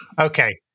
Okay